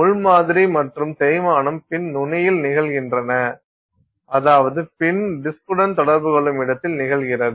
முள் மாதிரி மற்றும் தேய்மானம் பின் நுனியில் நிகழ்கின்றன அதாவது பின் டிஸ்க் உடன் தொடர்பு கொள்ளும் இடத்தில் நிகழ்கிறது